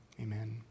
Amen